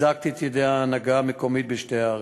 חיזקתי את ידי ההנהגה המקומית בשתי הערים.